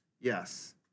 yes